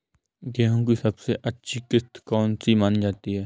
गेहूँ की सबसे अच्छी किश्त कौन सी मानी जाती है?